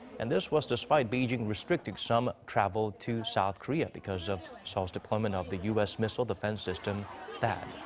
and this was despite beijing restricting some travel to south korea because of seoul's deployment of the u s. missile defense system thaad.